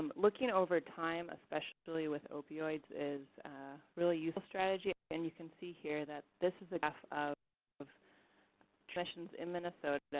looking over time, especially with opioids, is a really useful strategy. and you can see here that this is a graph of treatment admissions in minnesota.